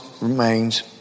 remains